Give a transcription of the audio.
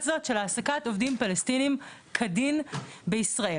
הזאת של העסקת עובדים פלסטינים כדין בישראל.